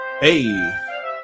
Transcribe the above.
Hey